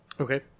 Okay